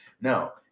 Now